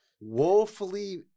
woefully